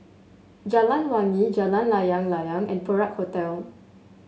Jalan Wangi Jalan Layang Layang and Perak Hotel